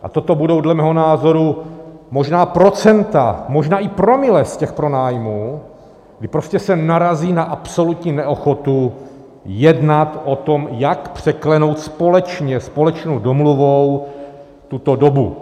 A toto budou dle mého názoru možná procenta, možná i promile z těch pronájmů, kdy prostě se narazí na absolutní neochotu jednat o tom, jak překlenout společně, společnou domluvou tuto dobu.